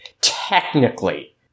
technically